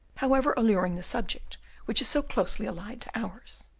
however alluring the subject which is so closely allied to ours.